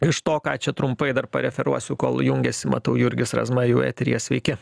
iš to ką čia trumpai dar referuosiu kol jungiasi matau jurgis razma jau eteryje sveiki